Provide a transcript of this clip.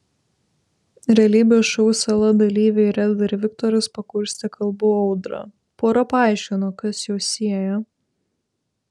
realybės šou sala dalyviai reda ir viktoras pakurstė kalbų audrą pora paaiškino kas juos sieja